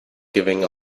giving